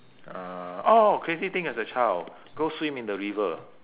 uh oh crazy thing as a child go swim in the river